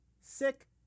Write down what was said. sick